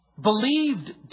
believed